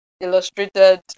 illustrated